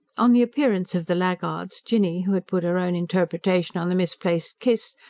on the appearance of the laggards, jinny, who had put her own interpretation on the misplaced kiss,